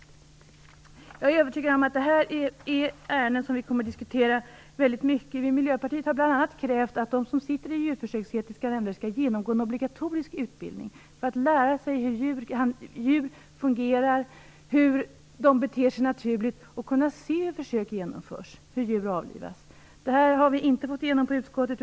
Jag är övertygad om att detta är ärenden som vi kommer att diskutera väldigt mycket. Vi i Miljöpartiet har bl.a. krävt att de som sitter i djursförsöksetiska nämnder skall genomgå en obligatorisk utbildning för att lära sig hur djur fungerar, hur djur beter sig naturligt och för att dessa personer skall kunna se hur försök genomförs och hur djur avlivas. Detta har vi inte fått igenom i utskottet.